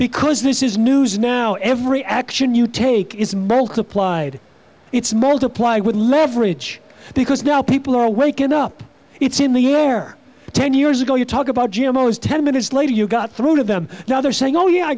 because this is news now every action you take is multiplied it's multiply with leverage because now people are waking up it's in the air ten years ago you talk about g m o as ten minutes later you got through to them now they're saying oh yeah i